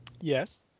Yes